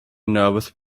nervous